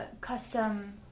custom